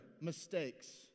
mistakes